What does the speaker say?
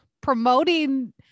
promoting